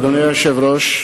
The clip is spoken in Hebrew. אדוני היושב-ראש,